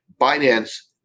Binance